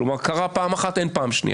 כלומר, קרה פעם אחת, אין פעם שנייה.